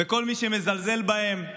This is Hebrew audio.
וכל מי שמזלזל בהם.